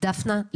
10:50.